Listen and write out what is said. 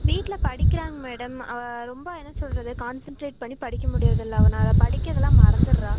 வீட்டில் படிக்கிறாங்க மேடம் அவள் ரொம்ப என்ன சொல்கிறது கான்சென்ட்ரேட் பண்ணி படிக்க முடிகிறது இல்லை அவளால் படிக்கிறதெல்லாம் மறந்துடுறா